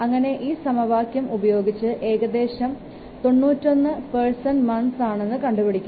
അങ്ങനെ ഈ സമവാക്യം ഉപയോഗിച്ച് ഏകദേശം 91 പേഴ്സൺ മൻത്സ് ആണെന്ന് കണ്ടുപിടിക്കാം